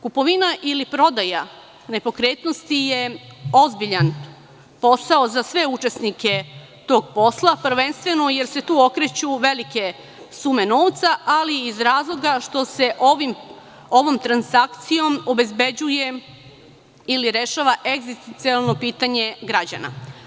Kupovina ili prodaja nepokretnosti je ozbiljan posao za sve učesnike tog posla, prvenstveno jer se tu okreću velike sume novca, ali i iz razloga što se ovom transakcijom obezbeđuje ili rešava egzistencijalno pitanje građana.